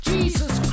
Jesus